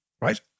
right